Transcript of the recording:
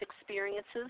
experiences